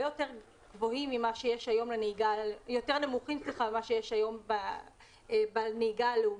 יותר נמוכות ממה שיש היום בנהיגה הלאומית,